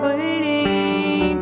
Waiting